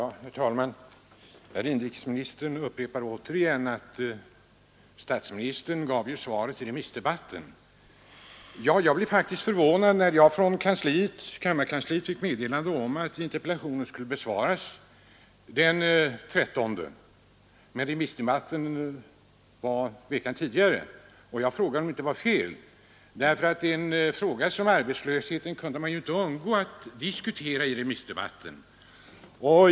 Herr talman! Herr inrikesministern upprepade återigen att statsministern gav svaret under remissdebatten och att regeringen är i färd med att utarbeta former för en långsiktig sysselsättningsplanering. Jag blev faktiskt förvånad när jag från kammarkansliet fick meddelandet att min interpellation skulle besvaras den 13 november, medan remissdebatten skulle hållas veckan före. Jag frågade om inte denna uppgift var felaktig, därför att en fråga som arbetslösheten kunde man ju inte undgå att diskutera i remissdebatten.